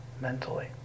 mentally